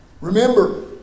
Remember